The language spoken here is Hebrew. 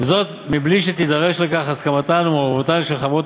זאת מבלי שתידרש לכך הסכמתן או מעורבותן של החברות